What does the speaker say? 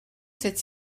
cette